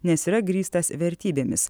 nes yra grįstas vertybėmis